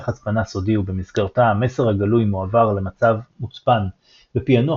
הצפנה סודי ובמסגרתה המסר הגלוי מועבר למצב מוצפן ופענוח